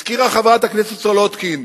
הזכירה חברת הכנסת סולודקין,